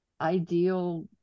ideal